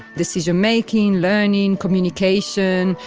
decision-making, learning, communication,